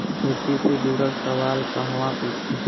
खेती से जुड़ल सवाल कहवा पूछी?